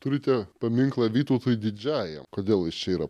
turite paminklą vytautui didžiajam kodėl jis čia yra